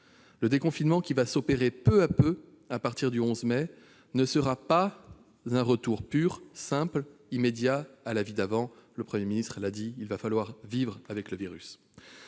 Le déconfinement qui s'opérera peu à peu à partir de cette date ne sera pas un retour pur, simple et immédiat à la vie d'avant ; le Premier ministre l'a dit : il va falloir vivre avec le virus.